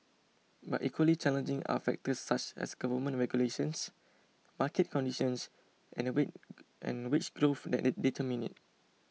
but equally challenging are factors such as government regulations market conditions and we and wage growth that determine it